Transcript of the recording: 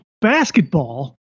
basketball